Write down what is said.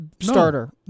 starter